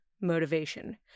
motivation